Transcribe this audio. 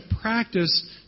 practice